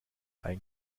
einen